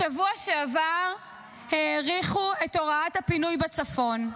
בשבוע שעבר האריכו את הוראת הפינוי בצפון.